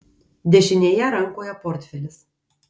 dešinėje rankoje portfelis